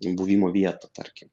buvimo vietą tarkim